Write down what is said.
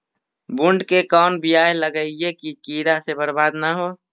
बुंट के कौन बियाह लगइयै कि कीड़ा से बरबाद न हो?